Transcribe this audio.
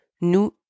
Nous